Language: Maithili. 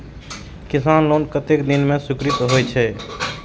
किसान लोन कतेक दिन में स्वीकृत होई छै?